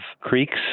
creeks